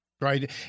Right